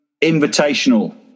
invitational